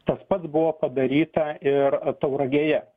tas pats buvo padaryta ir tauragėje